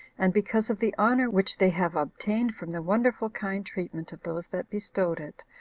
and because of the honor which they have obtained from the wonderful kind treatment of those that bestowed it,